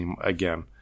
again